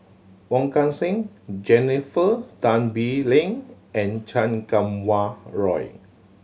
Wong Kan Seng Jennifer Tan Bee Leng and Chan Kum Wah Roy